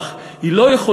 זו מדיניות שלא תצלח.